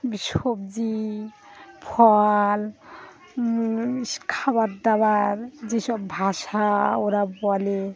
সবজি ফল খাবার দাবার যে সব ভাষা ওরা বলে